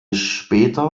später